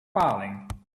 paling